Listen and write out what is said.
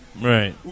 Right